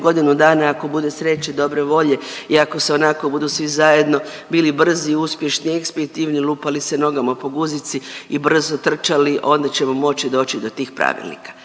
godinu dana ako bude sreće, dobre volje i ako se onako budu svi zajedno bili brzi i uspješni i ekspitivni lupali se nogama po guzici i brzo trčali onda ćemo moći doći do tih pravilnika.